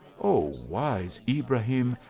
oh! wise ibrahim,